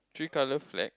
three color flag